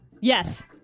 Yes